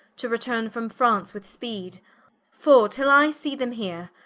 to returne from france with speed for till i see them here,